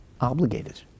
obligated